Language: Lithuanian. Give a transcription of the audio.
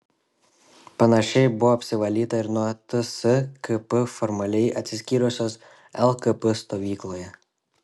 panašiai buvo apsivalyta ir nuo tskp formaliai atsiskyrusios lkp stovykloje